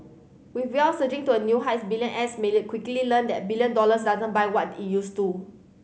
with wealth surging to a new heights billionaires may learn quickly learn that a billion dollars doesn't buy what it used to